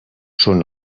són